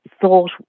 thought